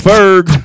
Ferg